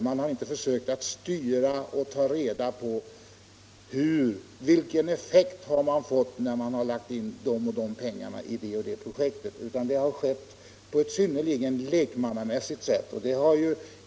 Man har inte försökt att styra, och man har inte tagit reda på vilken effekt det har gett när man har lagt in de och de narkotikamissbru ket 170 pengarna i det och det projektet, utan det hela har skett på ett synnerligen lekmannamässigt sätt.